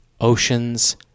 Oceans